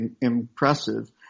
impressive